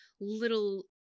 little